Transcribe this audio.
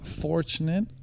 fortunate